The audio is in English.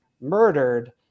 murdered